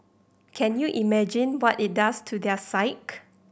can you imagine what it does to their psyche